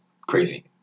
crazy